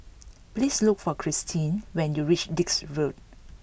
please look for Christeen when you reach Dix Road